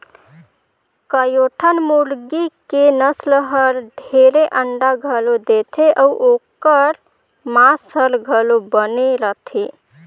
कयोठन मुरगी के नसल हर ढेरे अंडा घलो देथे अउ ओखर मांस हर घलो बने रथे